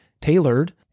tailored